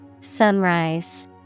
Sunrise